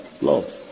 love